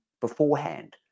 beforehand